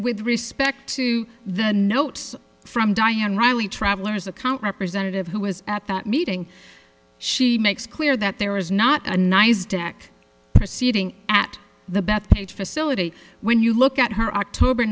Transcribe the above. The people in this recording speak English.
with respect to the notes from diane riley travelers account representative who was at that meeting she makes clear that there is not a nice dac proceeding at the bethpage facility when you look at her october